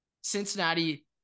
Cincinnati